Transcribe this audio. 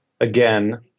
again